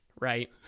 right